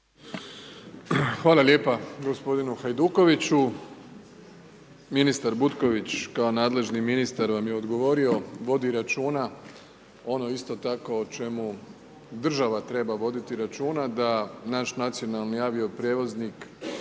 Hvala lijepa gospodinu Hajdukoviću. Ministar Butković kao nadležni ministar vam je odgovorio, vodi računa. Ono isto tako o čemu država treba voditi računa da naš nacionalni avio-prijevoznik